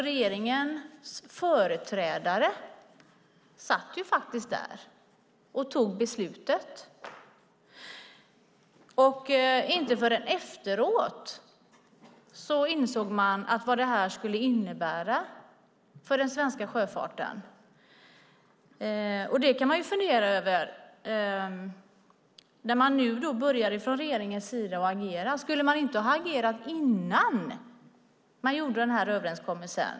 Regeringens företrädare satt faktiskt där och tog beslutet. Inte förrän efteråt insåg man vad detta skulle innebära för den svenska sjöfarten. Det kan man fundera över när man från regeringens sida nu börjar agera. Skulle man inte ha agerat innan man gjorde denna överenskommelse?